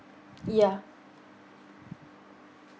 yeah